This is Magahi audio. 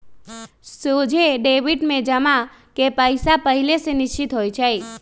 सोझे डेबिट में जमा के पइसा पहिले से निश्चित होइ छइ